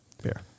fair